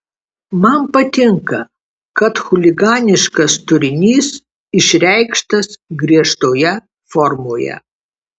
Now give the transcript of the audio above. man patinka kad chuliganiškas turinys išreikštas griežtoje formoje